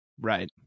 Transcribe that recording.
Right